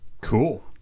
Cool